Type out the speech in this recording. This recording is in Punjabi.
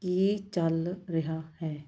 ਕੀ ਚੱਲ ਰਿਹਾ ਹੈ